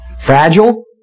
Fragile